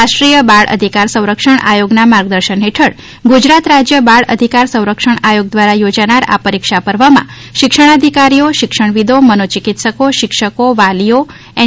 રાષ્ટ્રીય બાળ અધિકાર સંરક્ષણ આયોગના માર્ગદર્શન હેઠળ ગુજરાત રાજ્ય બાળ અધિકાર સંરક્ષણ આયોગ દ્વારા યોજાનાર આ પરીક્ષા પર્વમાં શિક્ષણાધિકારીઓ શિક્ષણવિદો મનોચિકિત્સકો શિક્ષકો વાલીઓ એન